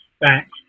back